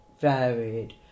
varied